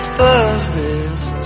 Thursday's